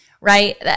right